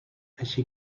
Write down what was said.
així